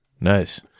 Nice